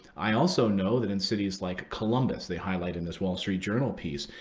i also know that in cities like columbus, they highlight in this wall street journal piece,